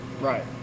right